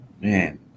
Man